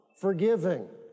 forgiving